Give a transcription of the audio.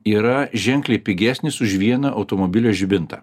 yra ženkliai pigesnis už vieną automobilio žibintą